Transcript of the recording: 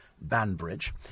Banbridge